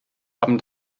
haben